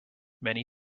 many